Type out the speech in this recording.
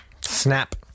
Snap